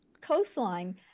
coastline